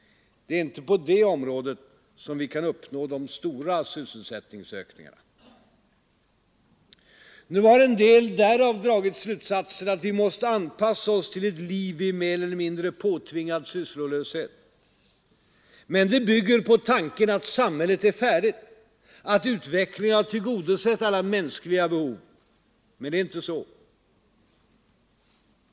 Det är inte på detta område som vi kan uppnå de stora sysselsättningsökningarna. Nu har en del därav dragit slutsatsen att vi måste anpassa oss till ett liv i mer eller mindre påtvingad sysslolöshet. Men det bygger på tanken att samhället är färdigt, att utvecklingen har tillgodosett alla mänskliga behov. Det är dock inte så.